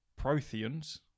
Protheans